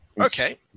Okay